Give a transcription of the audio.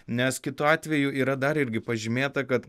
nes kitu atveju yra dar irgi pažymėta kad